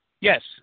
Yes